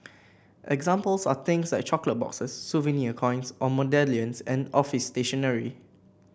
examples are things like chocolate boxes souvenir coins or medallions and office stationery